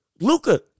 Luca